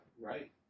right